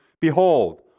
behold